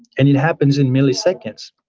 and it happens in milliseconds.